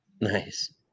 nice